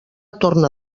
torna